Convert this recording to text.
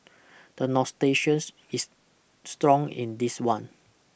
the is strong in this one